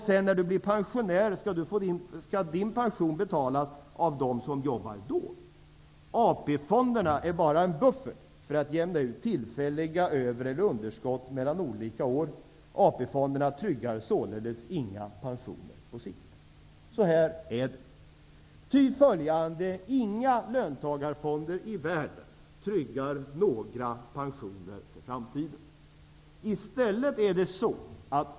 Sedan, när du blir pensionär, skall din pension betalas av dem som jobbar då. AP-fonderna är bara en buffert, för att jämna ut tillfälliga över eller underskott mellan olika år. AP-fonderna tryggar således inga pensioner på sikt. Så här är det. Ty följande, inga löntagarfonder i världen tryggar några pensioner för framtiden.